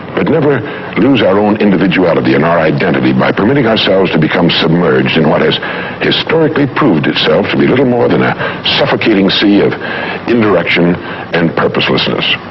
but never lose our own individuality and our identity by permitting ourselves to become submerged in what has historically proved itself to be little more than a suffocating sea of indirection and purposelessness.